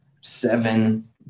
seven